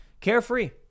Carefree